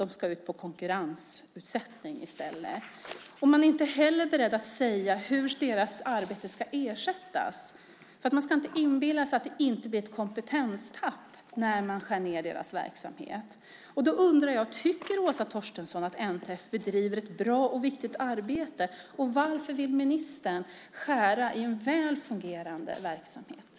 De ska ut på konkurrensutsättning i stället. Man är inte heller beredd att säga hur deras arbete ska ersättas. Man ska inte inbilla sig att det inte blir ett kompetenstapp när man skär ned deras verksamhet. Då undrar jag: Tycker Åsa Torstensson att NTF bedriver ett bra och viktigt arbete? Varför vill ministern skära i en väl fungerande verksamhet?